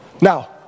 Now